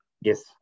Yes